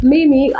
Mimi